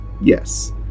Yes